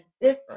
different